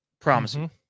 Promising